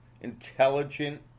intelligent